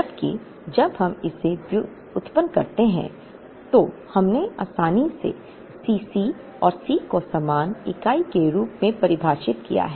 जबकि जब हम इसे व्युत्पन्न करते हैं तो हमने आसानी से C c और C को समान इकाई के रूप में परिभाषित किया है